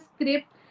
script